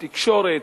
תקשורת,